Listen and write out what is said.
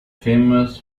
famous